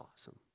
awesome